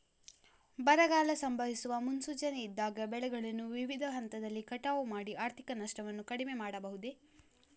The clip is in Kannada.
ಬರಗಾಲ ಸಂಭವಿಸುವ ಮುನ್ಸೂಚನೆ ಇದ್ದಾಗ ಬೆಳೆಗಳನ್ನು ವಿವಿಧ ಹಂತದಲ್ಲಿ ಕಟಾವು ಮಾಡಿ ಆರ್ಥಿಕ ನಷ್ಟವನ್ನು ಕಡಿಮೆ ಮಾಡಬಹುದೇ?